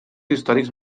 històrics